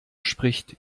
spricht